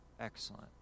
Excellent